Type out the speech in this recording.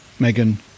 Megan